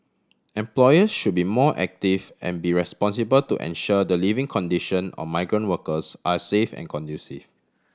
employer should be more active and be responsible to ensure the living condition or migrant workers are safe and conducive